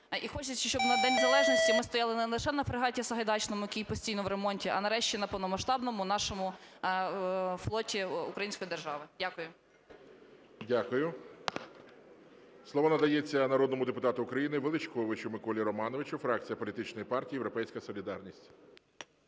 і хочеться, щоб на День Незалежності ми стояли не лише на фрегаті "Сагайдачному", який постійно в ремонті, а нарешті на повномасштабному нашому флоті української держави. Дякую. ГОЛОВУЮЧИЙ. Дякую. Слово надається народному депутату України Величковичу Миколі Романовичу, фракція політичної партії "Європейська солідарність".